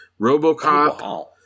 Robocop